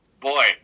Boy